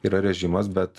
yra režimas bet